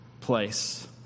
place